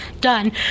done